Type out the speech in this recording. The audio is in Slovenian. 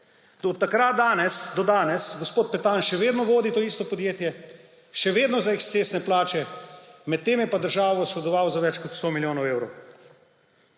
Od takrat do danes gospod Petan še vedno vodi to isto podjetje, še vedno za ekscesne plače, medtem je pa državo oškodoval za več kot 100 milijonov evrov.